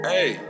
Hey